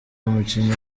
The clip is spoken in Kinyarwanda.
umukinnyi